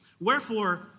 Wherefore